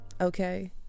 okay